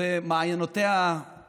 בזמן פציעות היא נכנסה.